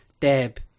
Deb